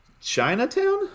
Chinatown